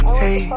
hey